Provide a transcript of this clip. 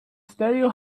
stereo